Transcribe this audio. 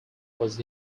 was